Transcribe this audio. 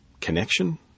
connection